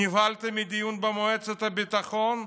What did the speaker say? נבהלתם מדיון במועצת הביטחון,